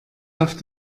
auf